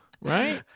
right